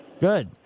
Good